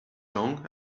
long